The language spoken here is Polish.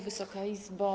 Wysoka Izbo!